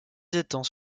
étangs